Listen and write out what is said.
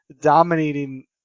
dominating